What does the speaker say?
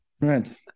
Right